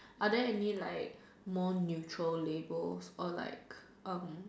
are there any like more neutral labels or like um